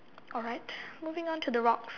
alright moving on to the rocks